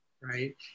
right